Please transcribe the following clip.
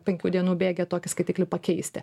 penkių dienų bėgyje tokį skaitiklį pakeisti